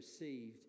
received